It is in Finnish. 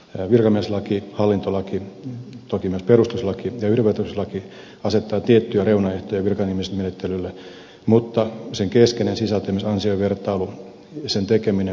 virkamieslaki hallintolaki toki myös perustuslaki ja yhdenvertaisuuslaki asettavat tiettyjä reunaehtoja virkanimitysmenettelylle mutta sen keskeinen sisältö esimerkiksi ansiovertailun tekeminen perustuu valtiovarainministeriön suositukseen